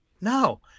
No